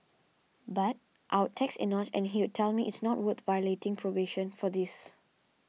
but I'd text Enoch and he'd tell me it is not worth violating probation for this